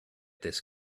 this